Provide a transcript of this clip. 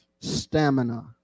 stamina